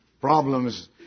problems